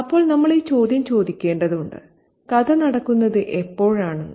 അപ്പോൾ നമ്മൾ ഈ ചോദ്യം ചോദിക്കേണ്ടതുണ്ട് കഥ നടക്കുന്നത് എപ്പോഴാണെന്ന്